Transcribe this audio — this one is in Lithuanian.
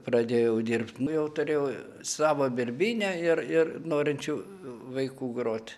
pradėjau dirbt nu jau turėjau savo birbynę ir ir norinčių vaikų grot